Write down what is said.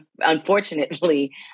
unfortunately